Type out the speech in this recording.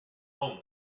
home